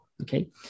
Okay